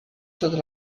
sota